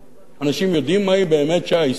אנשים יודעים מהי באמת שעה היסטורית?